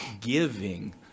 giving